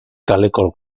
kaleko